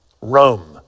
Rome